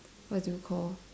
what do you call